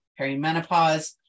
perimenopause